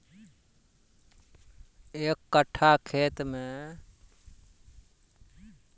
एक कट्ठा खेत मे कत्ते किलोग्राम परवल उगा सकय की??